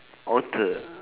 alter